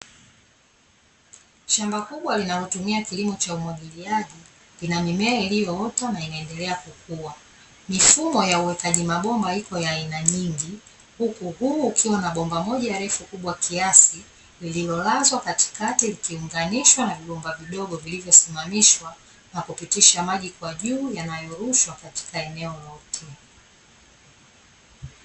Shamba kubwa linalotumia kilimo cha umwagiliaji, lina mimea iliyoota na inaendelea kukua. Mifumo ya uwekaji mabomba ipo ya aina nyingi, huku huu ukiwa na bomba refu kubwa kiasi lililolazwa katikati likiunganishwa na vibomba vidogo vilivyosimamishwa na kupitishwa maji kwa juu yanayorushwa katika eneo lote.